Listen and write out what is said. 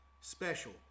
special